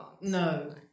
No